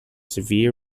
severe